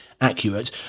accurate